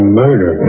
murder